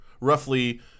roughly